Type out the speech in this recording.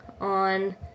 on